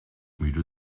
müde